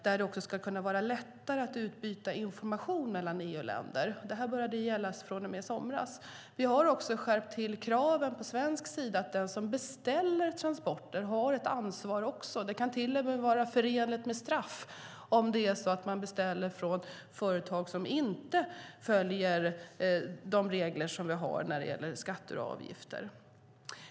Det innebär att det ska vara lättare att utbyta information mellan EU-länder. Det började gälla i somras. Vi har också skärpt kraven på svensk sida så att också den som beställer transporter har ett ansvar. Det kan till och med vara förenat med straff om man beställer från företag som inte följer de regler som vi har när det gäller skatter och avgifter.